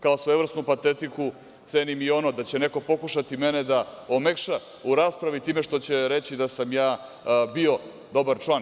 Kao svojevrsnu patetiku cenim i ono da će neko pokušati mene da omekša u raspravi time što će reći da sam ja bio dobar član.